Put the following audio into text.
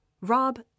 Rob